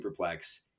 superplex